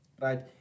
Right